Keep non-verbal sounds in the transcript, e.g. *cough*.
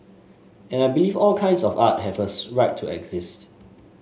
and I believe all kinds of art have a *unintelligible* right to exist